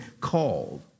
called